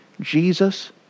Jesus